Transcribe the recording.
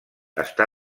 està